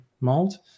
mold